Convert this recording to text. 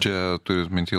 čia turit minty